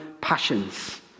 passions